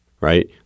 right